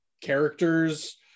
characters